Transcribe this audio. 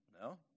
No